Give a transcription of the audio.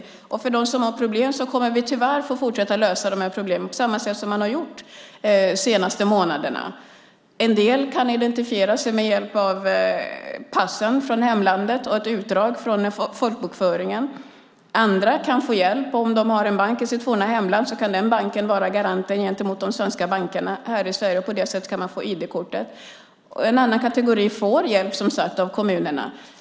När det gäller dem som har problem kommer vi tyvärr att få fortsätta att lösa de här problemen på samma sätt som man har gjort under de senaste månaderna. En del kan identifiera sig med hjälp av passen från hemlandet och ett utdrag från folkbokföringen. Andra kan få hjälp om de har en bank i sitt forna hemland som kan vara garanten gentemot de svenska bankerna här i Sverige. På det sättet kan man få ID-kortet. En annan kategori får, som sagt, hjälp av kommunerna.